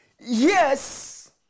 Yes